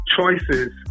choices